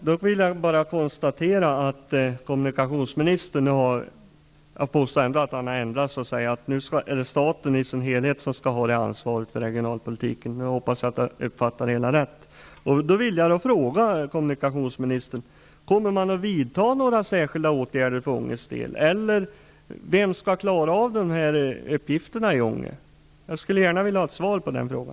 Fru talman! Då vill jag konstatera att kommunikationsministern har ändrat sig. Nu säger han att staten har ansvaret för regionalpolitiken. Jag hoppas att jag uppfattade det hela rätt. Jag vill fråga kommunikationsministern om man tänker vidta några särskilda åtgärder för Ånges del. Vem skall klara uppgifterna i Ånge? Jag skulle gärna vilja ha ett svar på denna fråga.